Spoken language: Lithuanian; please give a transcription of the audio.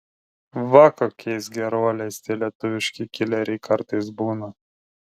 va kokiais geruoliais tie lietuviški kileriai kartais būna